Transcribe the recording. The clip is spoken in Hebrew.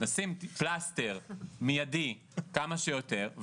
פלסטר מידי כמה שיותר,